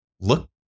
look